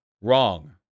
wrong